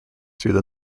through